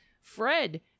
Fred